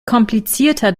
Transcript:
komplizierter